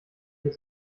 hier